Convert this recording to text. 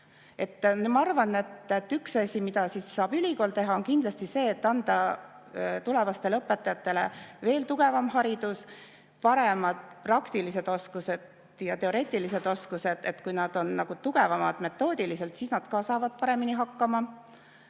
Ma arvan, et üks asi, mida saab ülikool teha, on kindlasti see, et anda tulevastele õpetajatele veel tugevam haridus, paremad praktilised oskused ja teoreetilised oskused. Kui nad on tugevamad metoodiliselt, siis nad saavad paremini hakkama.